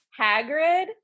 Hagrid